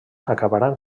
acabaran